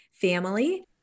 family